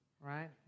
right